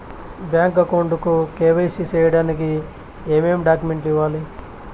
Bank account కు KYC సేయడానికి ఏమేమి డాక్యుమెంట్ ఇవ్వాలి?